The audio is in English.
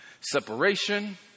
separation